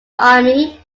army